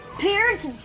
Parents